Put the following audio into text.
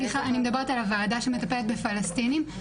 אני מדברת על הוועדה שמטפלת בפלשתינאים,